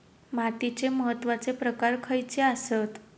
मातीचे महत्वाचे प्रकार खयचे आसत?